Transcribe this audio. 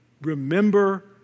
Remember